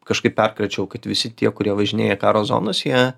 kažkaip perkračiau kad visi tie kurie važinėja karo zonose jie